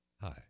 Hi